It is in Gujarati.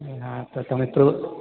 હા તો તમે તો